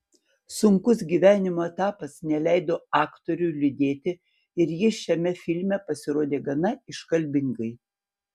sunkus gyvenimo etapas neleido aktoriui liūdėti ir jis šiame filme pasirodė gana iškalbingai